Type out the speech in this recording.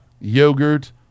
Yogurt